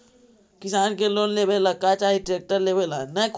किसान के लोन लेबे ला का चाही ट्रैक्टर लेबे ला?